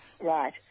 Right